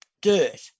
dirt